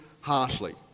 harshly